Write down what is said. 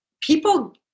people